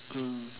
mm